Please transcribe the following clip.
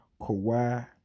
Kawhi